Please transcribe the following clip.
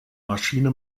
maschine